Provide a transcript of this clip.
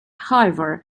however